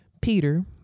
Peter